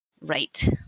right